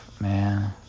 man